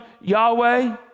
Yahweh